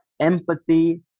empathy